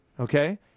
okay